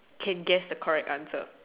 can guess the correct answer